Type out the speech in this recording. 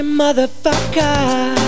motherfucker